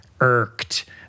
Irked